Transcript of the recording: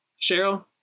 cheryl